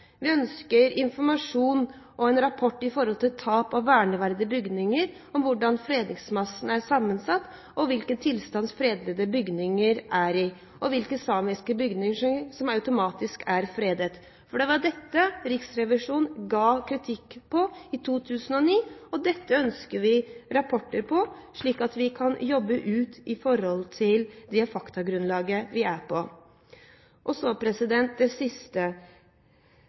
Vi ønsker informasjon og en rapport om tap av verneverdige bygninger, om hvordan fredningsmassen er sammensatt, og hvilken tilstand fredede bygninger er i, og om hvilke samiske bygninger som automatisk er fredet. Det var dette Riksrevisjonen ga kritikk av i 2009, og det ønsker vi rapporter om, slik at vi kan jobbe ut fra det faktagrunnlaget vi har. Det siste